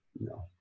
No